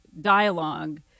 dialogue